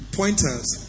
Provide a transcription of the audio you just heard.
pointers